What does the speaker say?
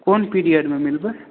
कोन पीरियडमे मिलबै